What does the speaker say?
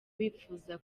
bifuza